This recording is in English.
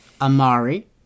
Amari